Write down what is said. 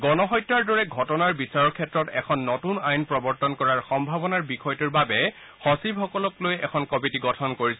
গণহত্যাৰ দৰে ঘটনাৰ বিচাৰৰ ক্ষেত্ৰত এখন নতুন আইন প্ৰবৰ্তন কৰাৰ সম্ভাৱনাৰ বিষয়টোৰ বাবে সচিবসকলক লৈ এখন কমিটি গঠন কৰিছিল